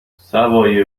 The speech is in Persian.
سوای